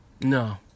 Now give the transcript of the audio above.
No